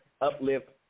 uplift